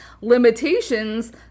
limitations